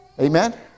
Amen